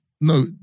No